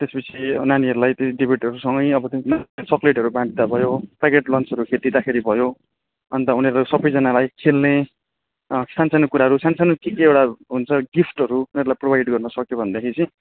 त्यसपछि नानीहरूलाई त्यही डिबेटहरूसँगै अब चक्लेटहरू बाँडिदिँदा भयो प्याकेट लन्चहरू दिँदाखेरि भयो अन्त उनीहरू सबैजनालाई खेल्ने सानसानो कुराहरू सानसानो के के एउटा हुन्छ गिफ्टहरू उनीहरूलाई प्रोभाइड गर्नुसक्यो भनेदेखि चाहिँ